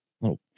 little